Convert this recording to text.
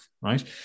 right